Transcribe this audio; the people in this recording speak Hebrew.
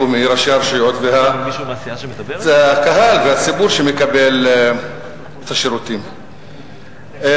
על זה שחלה ירידה בשיעור הזכאים לבגרות בעיירות הפיתוח בשנים 2004 2005,